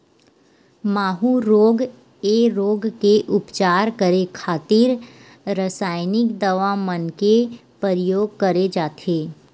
माहूँ रोग ऐ रोग के उपचार करे खातिर रसाइनिक दवा मन के परियोग करे जाथे